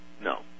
No